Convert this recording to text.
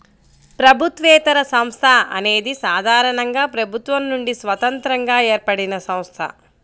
ప్రభుత్వేతర సంస్థ అనేది సాధారణంగా ప్రభుత్వం నుండి స్వతంత్రంగా ఏర్పడినసంస్థ